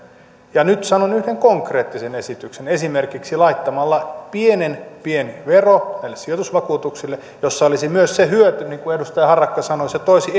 ja nyt sanon yhden konkreettisen esityksen laitetaan esimerkiksi pienen pieni vero näille sijoitusvakuutuksille missä olisi myös se hyöty niin kuin edustaja harakka sanoi että se toisi